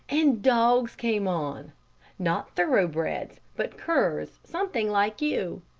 and dogs came on not thoroughbreds, but curs something like you.